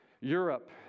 Europe